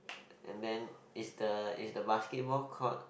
and then is the is the basketball court